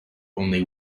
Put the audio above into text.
only